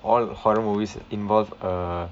all horror movies involve a